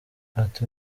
ati